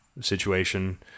situation